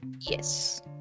Yes